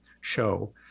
show